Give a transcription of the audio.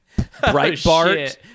Breitbart